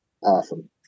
Awesome